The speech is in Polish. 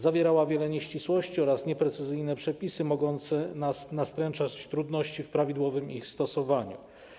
Zawierała wiele nieścisłości oraz nieprecyzyjne przepisy mogące nastręczać trudności dotyczące prawidłowego ich stosowania.